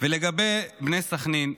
לגבי בני סח'נין,